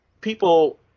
people